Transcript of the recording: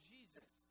Jesus